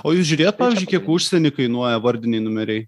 o jūs žiūrėjot pavyzdžiui kiek užsieny kainuoja vardiniai numeriai